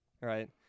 right